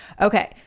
Okay